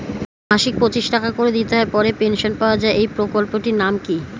মাসিক পঁচিশ টাকা করে দিতে হয় পরে পেনশন পাওয়া যায় এই প্রকল্পে টির নাম কি?